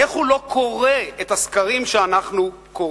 איך הוא לא קורא את הסקרים שאנחנו קוראים?